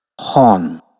Horn